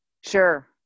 sure